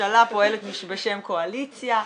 הממשלה פועלת בשם קואליציה.